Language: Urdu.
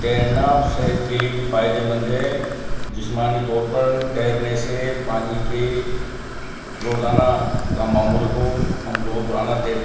تیرنا صحت کے لیے بھی فائدے مند ہے جسمانی طور پر تیرنے سے پانی کے روزانہ کا معمول ہو ہم روزانہ تیر